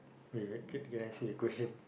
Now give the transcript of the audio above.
is that clique can I see the question